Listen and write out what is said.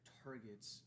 targets